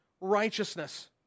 righteousness